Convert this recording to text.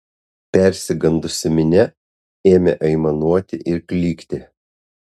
persigandusi minia ėmė aimanuoti ir klykti